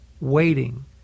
waiting